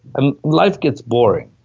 and life gets boring.